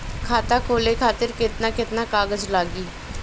खाता खोले खातिर केतना केतना कागज लागी?